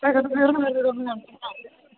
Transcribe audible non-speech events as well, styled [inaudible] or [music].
[unintelligible]